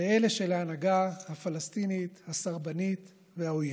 לאלה של ההנהגה הפלסטינית הסרבנית והעוינת.